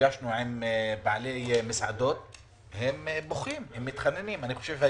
ראינו את המסעדנים בוכים ומתחננים.